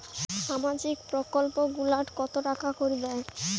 সামাজিক প্রকল্প গুলাট কত টাকা করি দেয়?